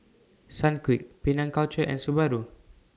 Sunquick Penang Culture and Subaru